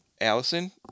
Allison